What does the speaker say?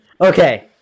okay